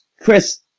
Chris